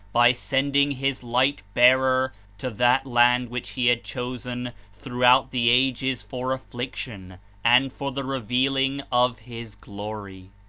by sending his light-bearer to that land which he had chosen throughout the ages for affliction and for the revealing of his glory.